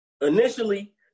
initially